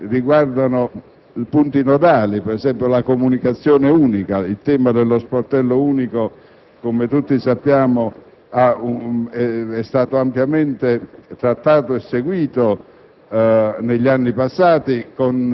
Vi sono anche norme che riguardano punti nodali, per esempio la comunicazione unica. Il tema dello sportello unico, come tutti sappiamo, è stato ampiamente trattato e seguito